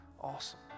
Awesome